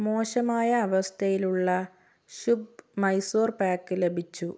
മോശമായ അവസ്ഥയിലുള്ള ശുഭ് മൈസൂർ പാക് ലഭിച്ചു